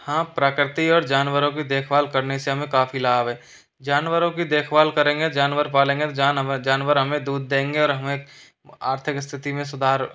हाँ प्राकृति और जानवरों की देखभाल करने से हमें काफ़ी लाभ है जानवरों की देखभाल करेंगे जानवर पालेंगे तो जान हमें जानवर हमें दूध देंगे और हमें आर्थिक स्थिति में सुधार